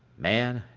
man,